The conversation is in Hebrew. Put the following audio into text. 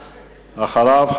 ואחריו,